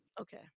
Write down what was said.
okay